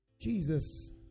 Jesus